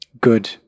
good